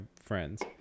friends